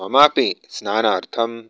ममापि स्नानार्थम्